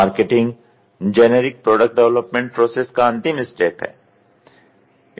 marketing generic product development process का अंतिम step है